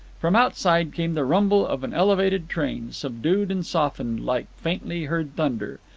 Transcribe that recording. from outside came the rumble of an elevated train, subdued and softened, like faintly heard thunder.